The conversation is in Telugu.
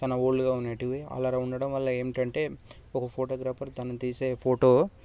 చానా ఓల్డ్గా ఉండేటివి అలా ఉండడం వల్ల ఏంటంటే ఒక ఫోటోగ్రాఫర్ తను తీసే ఫోటో